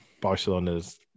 Barcelona's